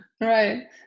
right